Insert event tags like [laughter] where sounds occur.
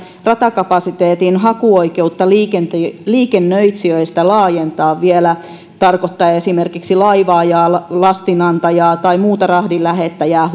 ratakapasiteetin hakuoikeutta liikennöitsijöistä laajentaa vielä se tarkoittaa esimerkiksi laivaa ja lastin antajaa tai muuta rahdin lähettäjää [unintelligible]